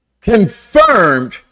Confirmed